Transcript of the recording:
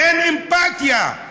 אין אמפתיה.